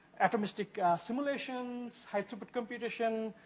atomistic simulations, hydrogen computation,